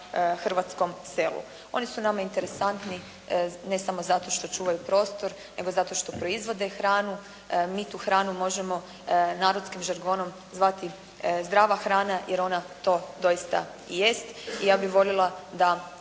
hrvatskom selu. Oni su nama interesantni ne samo zato što čuvaju prostor, nego zato što proizvode hranu. Mi tu hranu možemo narodskim žargonom zvati zdrava hrana jer ona to doista jest i ja bih voljela da